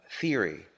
theory